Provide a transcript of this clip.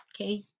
Okay